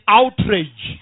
outrage